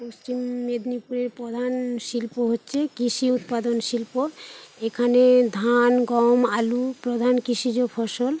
পশ্চিম মেদনীপুরের প্রধান শিল্প হচ্ছে কৃষি উৎপাদন শিল্প এখানে ধান গম আলু প্রধান কৃষিজ ফসল